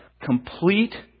complete